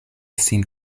sin